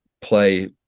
play